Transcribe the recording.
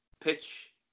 Pitch